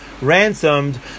ransomed